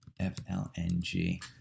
FLNG